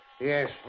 Yes